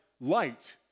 light